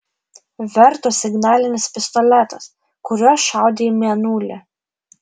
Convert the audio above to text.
verto signalinis pistoletas kuriuo šaudė į mėnulį